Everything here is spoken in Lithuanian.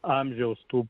amžiaus tų